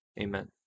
Amen